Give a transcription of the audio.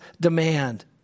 demand